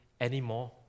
anymore